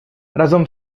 разом